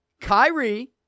Kyrie